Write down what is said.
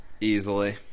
Easily